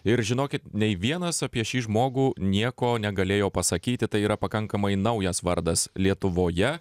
ir žinokit nei vienas apie šį žmogų nieko negalėjo pasakyti tai yra pakankamai naujas vardas lietuvoje